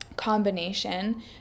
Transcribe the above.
combination